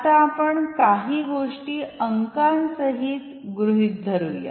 आता आपण काही गोष्टी अंकांसहित गृहीत धरू या